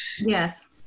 yes